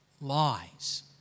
lies